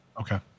Okay